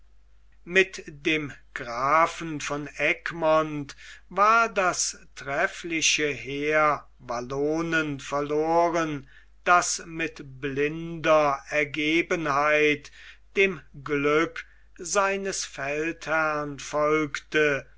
mit dem grafen von egmont war das treffliche heer wallonen verloren das mit blinder ergebenheit dem glück seines feldherrn folgte